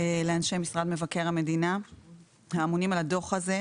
לאנשי משרד מבקר המדינה האמונים על הדוח הזה.